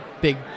big